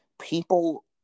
people